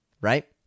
right